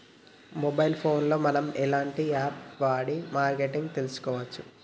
Mobile phone లో మనం ఎలాంటి యాప్ వాడి మార్కెటింగ్ తెలుసుకోవచ్చు?